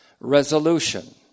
resolution